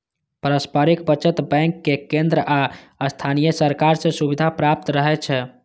पारस्परिक बचत बैंक कें केंद्र आ स्थानीय सरकार सं सुविधा प्राप्त रहै छै